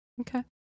Okay